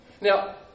Now